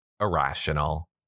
Irrational